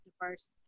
diverse